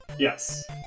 Yes